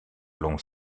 l’ont